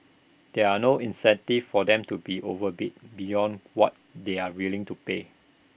there are no incentives for them to be overbid beyond what they are willing to pay